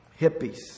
hippies